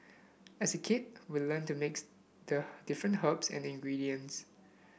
as a kid we learnt to mix the different herbs and ingredients